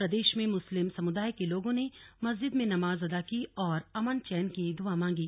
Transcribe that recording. प्रदेश में मुस्लिम समुदाय के लोगों ने मस्जिद में नमाज अदा की और अमन चौन की दुआ मांगी